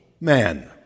man